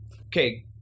Okay